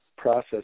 process